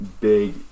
big